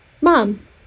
mom